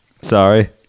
Sorry